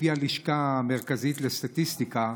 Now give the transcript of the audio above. לפי הלשכה המרכזית לסטטיסטיקה,